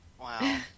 Wow